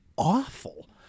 awful